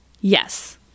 Yes